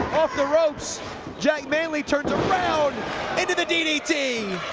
off the ropes jack manly turns around into the ddt